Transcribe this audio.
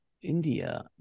India